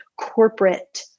corporate